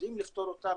יודעים לפתור אותן,